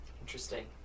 interesting